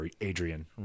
Adrian